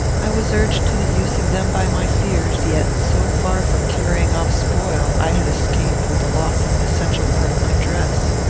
i was urged to the use of them by my fears yet, so far from carrying off spoil, i had escaped with the loss of an essential part of my dress.